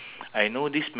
timezone